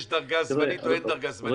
יש דרגה זמנית או אין דרגה זמנית?